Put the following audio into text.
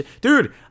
dude